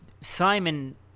simon